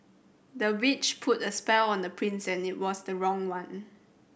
the witch put a spell on the prince and it was the wrong one